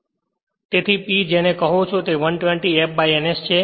તેથી P જેને કહો છો તે 120 fns છે